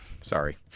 sorry